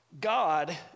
God